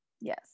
yes